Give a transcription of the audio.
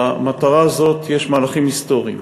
במטרה הזאת יש מהלכים היסטוריים,